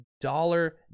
dollar